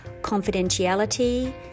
confidentiality